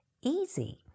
easy